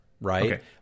right